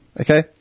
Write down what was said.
Okay